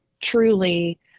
truly